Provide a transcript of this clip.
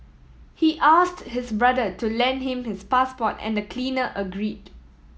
he asked his brother to lend him his passport and the cleaner agreed